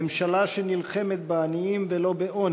ממשלה שנלחמת בעניים ולא בעוני,